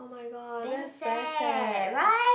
my god that's very sad